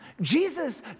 Jesus